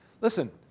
Listen